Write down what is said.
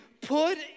put